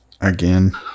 Again